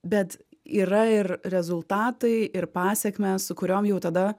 bet yra ir rezultatai ir pasekmės su kuriom jau tada